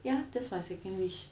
ya that's my second wish